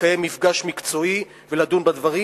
לקיים מפגש מקצועי ולדון בדברים,